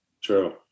True